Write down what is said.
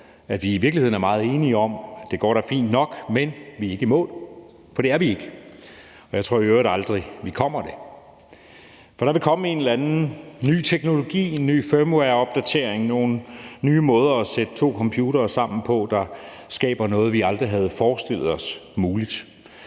at vi i virkeligheden er meget enige om, at det da går fint nok, men at vi ikke er i mål. For det er vi ikke, og jeg tror i øvrigt aldrig, vi kommer det. For der vil komme en eller anden ny teknologi, en ny firmwareopdatering, nogle nye måder at sætte to computere sammen på, der skaber noget, vi aldrig havde forestillet os muligt.